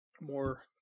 more